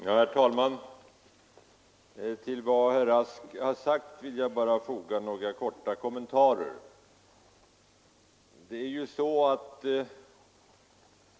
Herr talman! Till det som herr Rask här anfört vill jag bara foga några korta kommentarer.